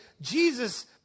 Jesus